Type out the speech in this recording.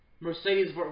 Mercedes